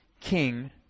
king